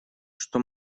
что